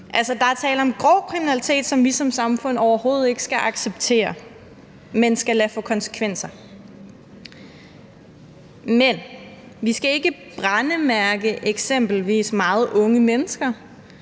Der er tale om grov kriminalitet, som vi som samfund overhovedet ikke skal acceptere, men skal lade få konsekvenser. Men vi skal ikke brændemærke eksempelvis meget unge mennesker,